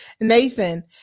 Nathan